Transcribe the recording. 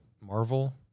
Marvel